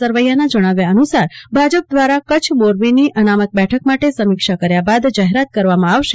સરવૈયા ના જણાવ્યા અનુસાર ભાજપ દ્વારા કચ્છ મોરબીની અનામત બેઠક માટે સમીક્ષા કર્યા બાદ જાહેરાત કરવામાં આવશે